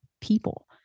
people